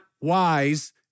wise